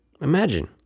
imagine